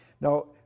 Now